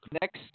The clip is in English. next